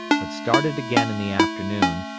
but started again in the afternoon,